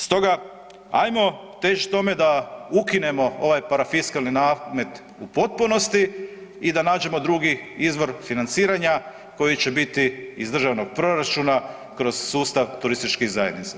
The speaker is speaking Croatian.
Stoga ajmo težiti tome da ukinemo ovaj parafiskalni namet u potpunosti i da nađemo drugi izvor financiranja koji će biti iz državnog proračuna kroz sustav turističkih zajednica.